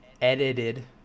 Edited